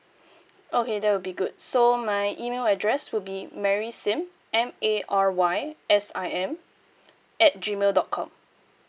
okay that will be good so my email address would be mary sim M A R Y S I M at G mail dot com